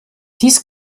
dies